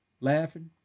laughing